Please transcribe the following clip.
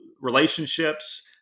relationships